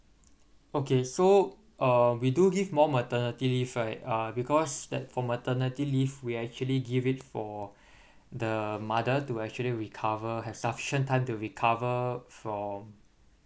okay so uh we do give more maternity leave right uh because that for maternity leave we actually give it for the mother to actually recover her sufficient time to recover from